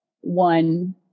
one